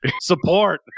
support